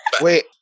Wait